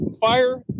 fire